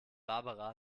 barbara